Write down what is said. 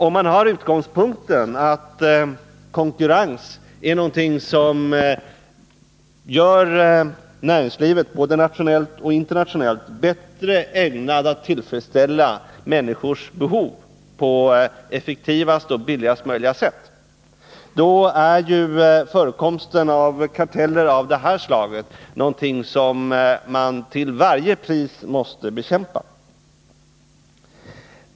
Om man har utgångspunkten att konkurrens är någonting som gör näringslivet, både nationellt och internationellt, bättre ägnat att tillfredsställa människors behov på effektivaste och billigaste möjliga sätt är ju förekomsten av karteller av det här slaget någonting som man till varje pris måste bekämpa.